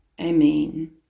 Amen